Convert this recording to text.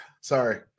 sorry